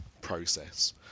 process